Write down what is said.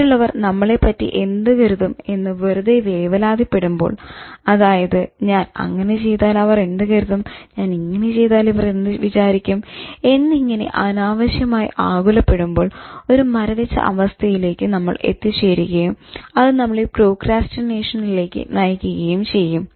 മറ്റുള്ളവർ നമ്മളെ പറ്റി എന്ത് കരുതും എന്ന് വെറുതെ വേവലാതി പെടുമ്പോൾ അതായത് "ഞാൻ അങ്ങനെ ചെയ്താൽ അവർ എന്ത് കരുതും ഞാൻ ഇങ്ങനെ ചെയ്താൽ ഇവർ എന്ത് വിചാരിക്കും" എന്നിങ്ങനെ അനാവശ്യമായി ആകുലപ്പെടുമ്പോൾ ഒരു മരവിച്ച അവസ്ഥയിലേക്ക് നമ്മൾ എത്തിചേരുകയും അത് നമ്മളെ പ്രോക്രാസ്റ്റിനേഷനിലേക്ക് നയിക്കുകയും ചെയ്യും